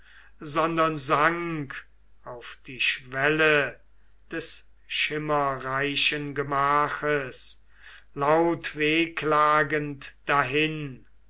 sondern sank auf die schwelle des schimmerreichen gemaches lautwehklagend dahin